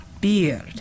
beard